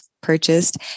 purchased